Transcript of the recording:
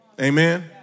Amen